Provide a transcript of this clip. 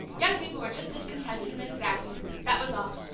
young people were just discontented and exacting, that was all!